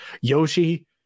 Yoshi